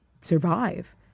survive